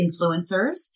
influencers